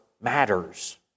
matters